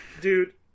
dude